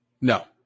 No